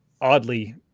oddly